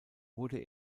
wurde